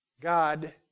God